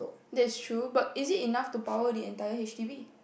that's true but is it enough to power the entire H_D_B